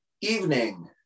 Evening